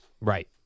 Right